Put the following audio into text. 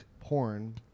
porn